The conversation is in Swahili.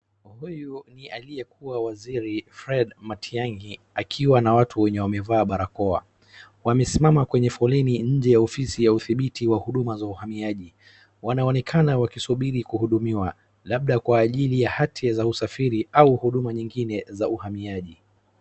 Huyu ni aliyekuwa waziri Fred Matiang'i akiwa na watu wenye wamevaa barakoa. Wamesimama kwenye foleni nje ya ofisi ya udhibiti wa huduma za uhamiaji. Wanaonekana wakisubiri kuhudumiwa, labda kwa ajili ya hati za usafiri au huduma zingine za uhamiaji.